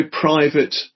private